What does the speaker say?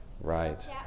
right